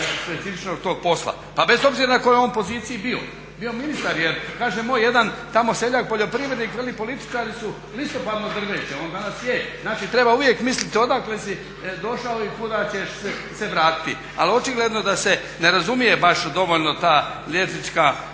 specifičnost tog posla pa bez obzira na kojoj on poziciji bio, bio ministar. jer kaže tamo jedan seljak, poljoprivrednik političari su listopadno drveće, on danas je dakle treba uvijek misliti odakle si došao i kuda ćeš se vratiti, ali očigledno da se ne razumije baš dovoljno ta liječnička